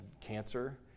cancer